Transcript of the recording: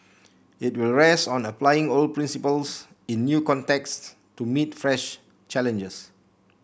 it will rest on applying old principles in new contexts to meet fresh challenges